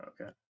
Okay